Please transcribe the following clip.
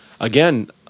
Again